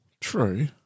True